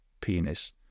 penis